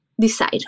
decide